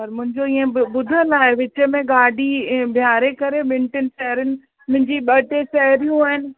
पर मुंहिंजो ईअं ॿुधलु आहे विच में गाॾी बीहारे करे ॿिनि टिनि साहेड़ियुनि मुंहिंजी ॿ टे साहेड़ियूं आहिनि